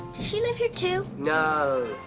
she live here too? no,